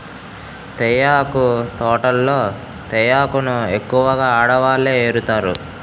తేయాకు తోటల్లో తేయాకును ఎక్కువగా ఆడవాళ్ళే ఏరుతారు